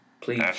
Please